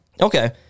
okay